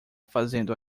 fazendo